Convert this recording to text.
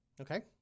okay